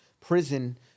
prison